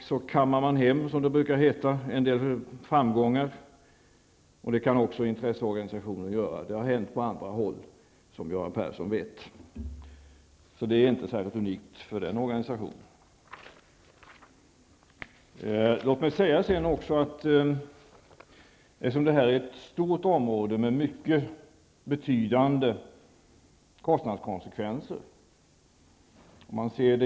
Man kammar också hem -- som det brukar heta -- en del framgångar, och det brukar ju intresseorganisationer kunna göra. Det har hänt på andra håll, som Göran Persson vet, så det är inte unikt för den här organisationen. Det här är ett stort område med mycket betydande kostnadskonsekvenser.